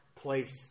place